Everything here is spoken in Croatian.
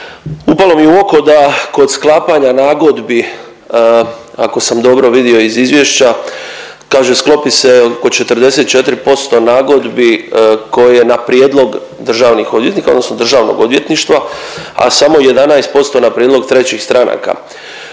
Upalo mi je u oko da kod sklapanja nagodbi ako sam dobro vidio iz izvješća kaže sklopi se oko 44% nagodbi koje na prijedlog državnih odvjetnika odnosno državnog odvjetništva, a samo 11% na prijedlog trećih stranaka.